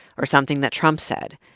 or something that trump said,